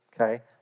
okay